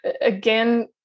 again